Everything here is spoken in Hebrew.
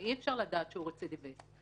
ואי-אפשר לדעת שהוא רצידיוויסט.